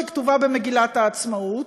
שכתובה במגילת העצמאות.